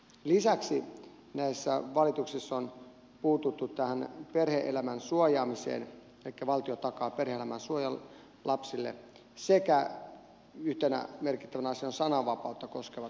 lisäksi näissä valituksissa on puututtu tähän perhe elämän suojaamiseen elikkä valtio takaa perhe elämän suojan lapsille ja yhtenä merkittävänä asiana ovat sananvapautta koskevat tuomiot